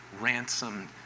ransomed